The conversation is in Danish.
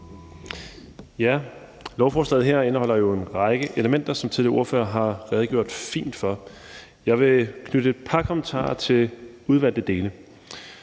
Lovforslaget her indeholder jo en række elementer, som tidligere ordførere har redegjort fint for. Jeg vil knytte et par kommentarer til udvalgte dele.